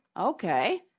Okay